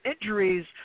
injuries